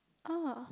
oh